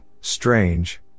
strange